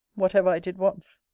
whatever i did once.